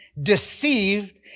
deceived